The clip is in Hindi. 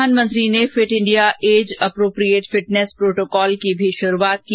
प्रधानमंत्री ने fit India age appropriate fitness protocol की भी शुरूआत की